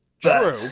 true